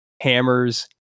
hammers